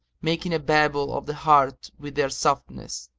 making a babel of the heart with their softness